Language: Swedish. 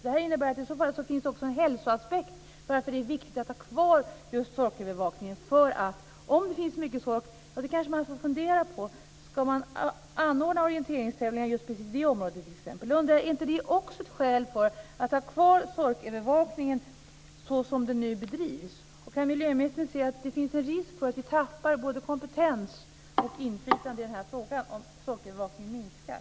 Det innebär att det också finns en hälsoaspekt på att det är viktigt att ha kvar just sorkövervakningen. Om det finns mycket sork får man kanske fundera på om man ska anordna orienteringstävlingar i precis det området. Jag undrar om inte också det är ett skäl för att ha kvar sorkövervakningen så som den nu bedrivs. Kan miljöministern se att det finns en risk för att vi tappar kompetens och inflytande i den här frågan, om sorkövervakningen minskar?